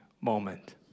moment